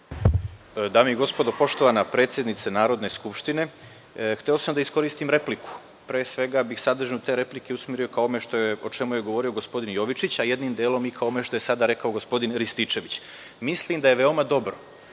Dame i gospodo, poštovana predsednice Narodne skupštine, hteo sam da iskoristim repliku. Pre svega bih sadržaj te replike usmerio ka ovome o čemu je govorio gospodin Jovičić, a jednim delom i ka ovome što je sada gospodin Rističević. Mislim, da je veoma dobro